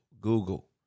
Google